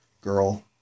girl